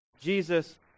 Jesus